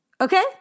Okay